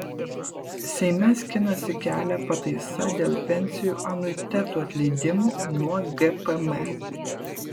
seime skinasi kelią pataisa dėl pensijų anuitetų atleidimo nuo gpm